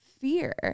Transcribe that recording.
fear